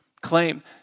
Claim